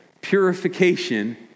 Purification